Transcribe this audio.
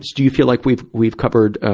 do you feel like we've, we've covered, ah,